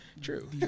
True